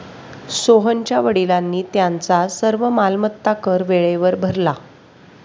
सोहनच्या वडिलांनी त्यांचा सर्व मालमत्ता कर वेळेवर भरला